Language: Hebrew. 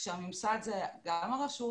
כשהממסד זה גם הרשות